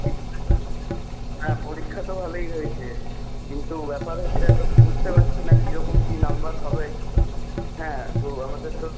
কি বললে হ্যাঁ পরীক্ষা তো ভালই হয়েছে কিন্তু ব্যাপার হচ্ছে এতো বুঝতে পারছি না কিরকম কি নম্বর হবে হ্যাঁ তো আমাদের তো